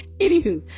anywho